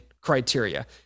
criteria